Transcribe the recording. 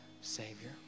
Savior